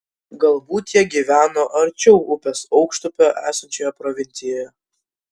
galbūt jie gyveno arčiau upės aukštupio esančioje provincijoje